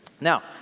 Now